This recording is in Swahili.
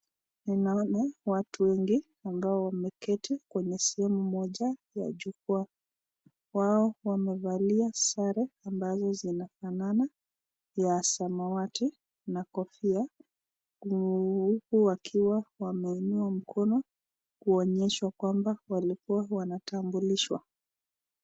Ninaona watu wengi ambao wameketi kwenye sehemu moja ya jukwaa. Wao wamevalia sare ambazo zinafanana ya samawati na kofia huku wakiwa wameinua mikono kuonyeshwa kwamba walikuwa wanatambulishwa.